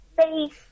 face